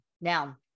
Now